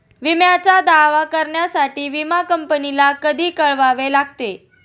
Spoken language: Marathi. विम्याचा दावा करण्यासाठी विमा कंपनीला कधी कळवावे लागते?